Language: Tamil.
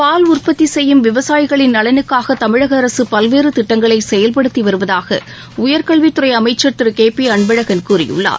பால் உற்பத்தி செய்யும் விவசாயிகளின் நலனுக்காக தமிழக அரசு பல்வேறு திட்டங்களை செயல்படுத்தி வருவதாக உயர்கல்வித்துறை அமைச்சர் திரு கே பி அன்பழகன் கூறியுள்ளார்